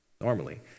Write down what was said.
normally